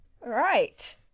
Right